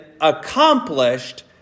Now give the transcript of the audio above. accomplished